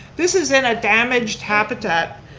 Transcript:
this isn't a damaged habitat.